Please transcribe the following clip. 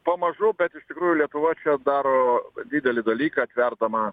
pamažu bet iš tikrųjų lietuva čia daro didelį dalyką atverdama